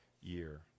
year